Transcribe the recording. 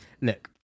look